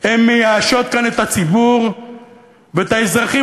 הן מייאשות כאן את הציבור ואת האזרחים,